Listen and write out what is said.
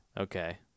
Okay